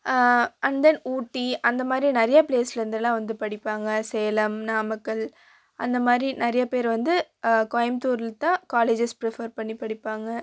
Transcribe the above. and then Ooty அந்த மாதிரி நிறையா பிளேஸில் இருந்தெல்லாம் வந்து படிப்பாங்க சேலம் நாமக்கல் அந்த மாதிரி நிறையா பேர் வந்து கோயமுத்தூரில் தான் காலேஜஸ் பிரிஃபெர் பண்ணி படிப்பாங்க